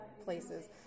places